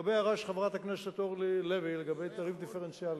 חברת הכנסת אורלי לוי, לגבי תעריף דיפרנציאלי,